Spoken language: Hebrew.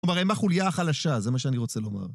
כלומר, הם החוליה החלשה, זה מה שאני רוצה לומר.